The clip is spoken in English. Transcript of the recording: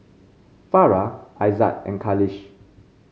Farah Aizat and Khalish